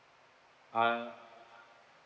um